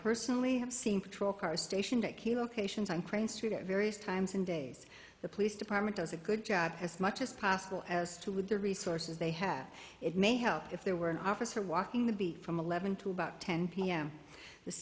personally have seen patrol cars stationed at key locations on crane street at various times and days the police department does a good job as much as possible as to with the resources they have it may help if there were an officer walking the beat from eleven to about ten p m the